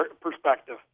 perspective